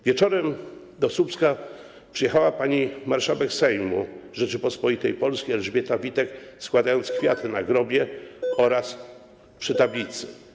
Wieczorem do Słupska przyjechała pani marszałek Sejmu Rzeczypospolitej Polskiej Elżbieta Witek i złożyła kwiaty na grobie oraz przy tablicy.